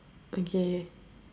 okay